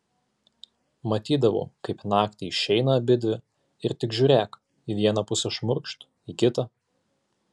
matydavau kaip naktį išeina abidvi ir tik žiūrėk į vieną pusę šmurkšt į kitą